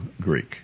Greek